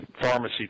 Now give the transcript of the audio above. pharmacy